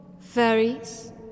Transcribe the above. Fairies